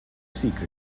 secret